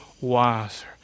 wiser